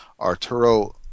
Arturo